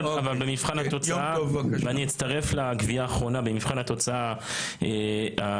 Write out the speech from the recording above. אבל במבחן התוצאה ואני אצטרף לקביעה האחרונה במבחן התוצאה הכישלון